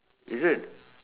is it